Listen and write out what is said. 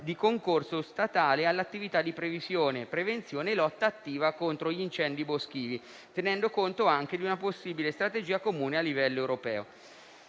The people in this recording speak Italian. di concorso statale all'attività di previsione, prevenzione e lotta attiva contro gli incendi boschivi, tenendo conto anche di una possibile strategia comune a livello europeo.